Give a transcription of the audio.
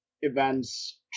events